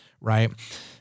right